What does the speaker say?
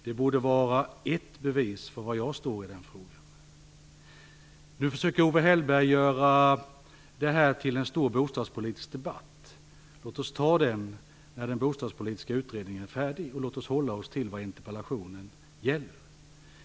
Det borde vara ett bevis för var jag står i den frågan. Nu försöker Owe Hellberg göra det här till en stor bostadspolitisk debatt. Låt oss ta den när den bostadspolitiska utredningen är färdig, och låt oss hålla oss till vad interpellationen gäller.